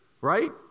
right